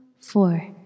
Four